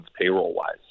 payroll-wise